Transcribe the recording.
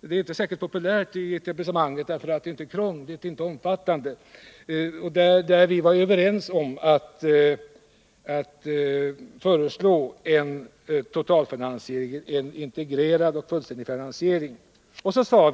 Det är inte särskilt populärt i etablissemanget, för det är inte krångligt och inte omfattande. Vi var överens om att föreslå en integrerad och fullständig finansiering.